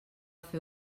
fer